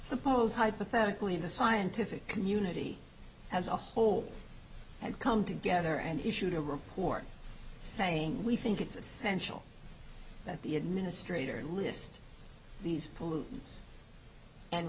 suppose hypothetically the scientific community as a whole and come together and issued a report saying we think it's essential that the administrator list these pollutants and